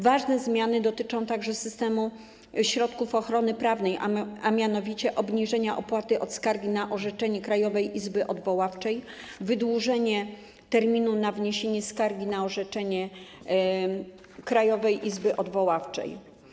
Ważne zmiany dotyczą także systemu środków ochrony prawnej, a mianowicie obniżenia opłaty od skargi na orzeczenie Krajowej Izby Odwoławczej, wydłużenie terminu na wniesienie skargi na orzeczenie Krajowej Izby Odwoławczej.